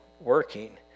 working